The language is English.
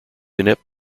inept